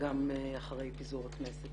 גם אחרי פיזור הכנסת.